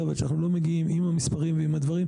ושאנחנו לא מגיעים עם המספרים ועם הדברים,